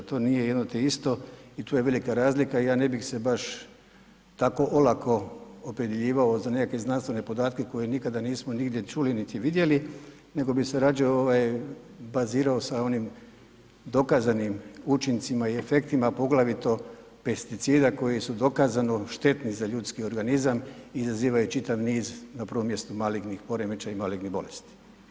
To nije jedno te iste i tu je velika razlika i ja ne bih se baš tako olako opredjeljivao za nekakve znanstvene podatke koje nikada nismo nigdje čuli niti vidjeli nego bih se radije bazirao sa onim dokazanim učincima i efektima, poglavito pesticida koji su dokazano štetni za ljudski organizam, izazivaju čitav niz, na prvom mjestu, malignih poremećaja i malignih bolesti.